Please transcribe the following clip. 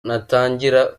natangira